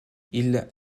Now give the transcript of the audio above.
ils